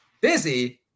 busy